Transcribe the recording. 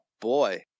boy